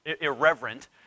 irreverent